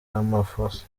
ramaphosa